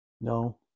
No